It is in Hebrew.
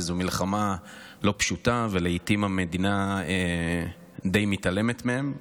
אז זאת מלחמה לא פשוטה ולעיתים המדינה די מתעלמת מהם.